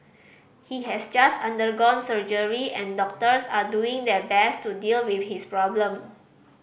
he has just undergone surgery and doctors are doing their best to deal with his problem